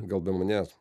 gal be manęs